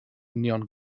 union